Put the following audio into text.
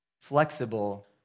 flexible